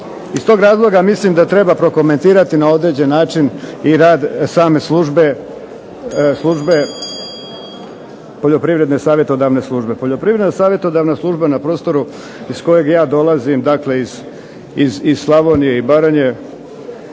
Iz tog razloga mislim da treba prokomentirati na određen način i rad same službe, Poljoprivredne savjetodavne službe. Poljoprivredna savjetodavna služba na prostoru iz kojeg ja dolazim, dakle iz Slavonije i Baranje